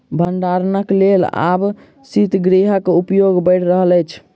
भंडारणक लेल आब शीतगृहक उपयोग बढ़ि रहल अछि